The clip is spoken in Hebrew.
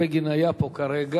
השר בגין היה פה כרגע.